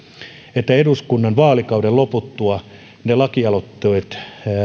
että eduskunnan vaalikauden loputtua ne lakialoitteet